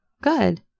Good